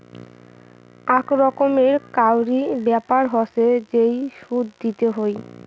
আক রকমের কাউরি ব্যাপার হসে যেই সুদ দিতে হই